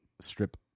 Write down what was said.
strip